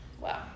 Wow